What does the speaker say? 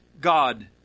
God